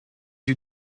you